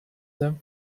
them